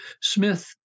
Smith